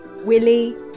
Willie